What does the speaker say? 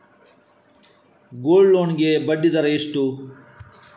Gold loan ಗೆ ಬಡ್ಡಿ ದರ ಎಷ್ಟು?